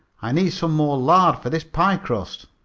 i need some more lard for this pie-crust.